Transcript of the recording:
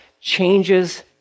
changes